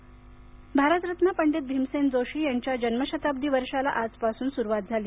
भीमसेन जोशी भारतरत्न पंडित भीमसेन जोशी यांच्या जन्मशताब्दी वर्षाला आज पासून सुरुवात झाली